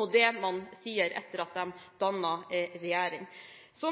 og det de sier etter at de har dannet regjering.